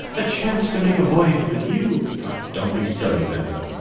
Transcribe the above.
a chance to make a voyage with you don't be silly, venza.